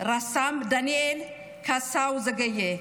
רס"מ דניאל קאסאו זגייה,